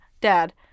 dad